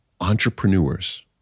entrepreneurs